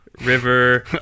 River